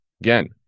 Again